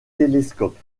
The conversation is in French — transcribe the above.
télescope